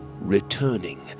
Returning